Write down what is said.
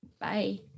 Bye